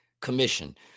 Commission